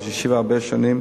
היה ראש ישיבה הרבה שנים,